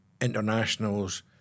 internationals